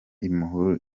imuhe